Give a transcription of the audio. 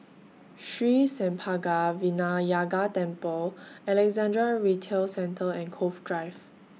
Sri Senpaga Vinayagar Temple Alexandra Retail Centre and Cove Drive